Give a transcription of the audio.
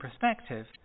perspective